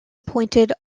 appointed